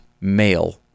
male